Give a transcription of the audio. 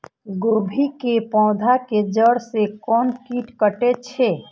गोभी के पोधा के जड़ से कोन कीट कटे छे?